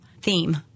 theme